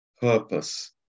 purpose